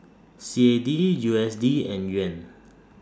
C A D U S D and Yuan